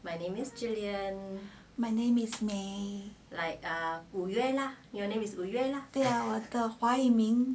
my name is may 对啊我的华语名